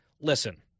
listen